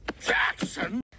Jackson